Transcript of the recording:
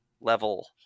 level